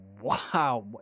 wow